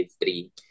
three